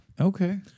Okay